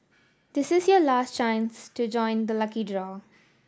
this is your last chance to join the lucky draw